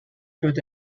through